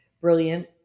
brilliant